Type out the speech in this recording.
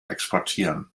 exportieren